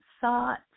thought